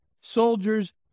soldiers